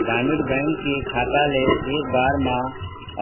ग्रामीण बैंक के खाता ले एक बार मा